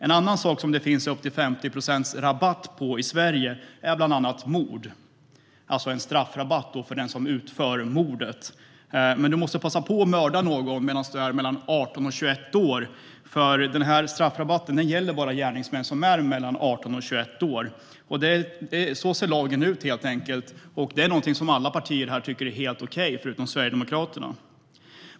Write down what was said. En annan sak som det finns upp till 50 procent rabatt på i Sverige är mord, alltså en straffrabatt för den som utför mordet. Men du måste passa på att mörda någon medan du är mellan 18 och 21 år eftersom straffrabatten gäller bara gärningsmän som är mellan 18 och 21 år. Så ser lagen ut helt enkelt, och det är någonting som alla partier här tycker är helt okej, förutom Sverigedemokraterna.